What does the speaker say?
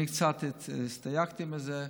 אני קצת הסתייגתי מזה,